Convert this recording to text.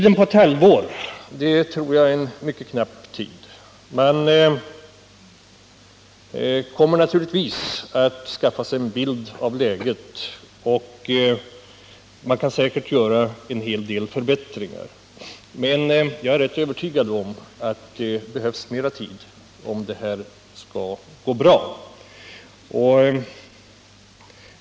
Ett halvår är en kort tid, men man kommer naturligtvis under den tiden att hinna skaffa sig en bild av läget, och det går säkert at" också göra en del förbättringar. Jag är övertygad om att mer tid behövs om det skall bli fråga om bra företagsenheter.